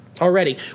already